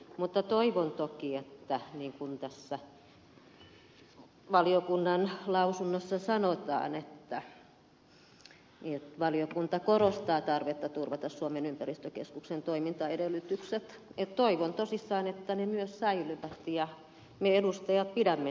mutta kun tässä valiokunnan lausunnossa sanotaan että valiokunta korostaa tarvetta turvata suomen ympäristökeskuksen toimintaedellytykset niin toivon tosissaan että ne myös säilyvät ja me edustajat pidämme siitä huolta